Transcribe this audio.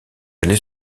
aller